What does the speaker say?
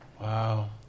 Wow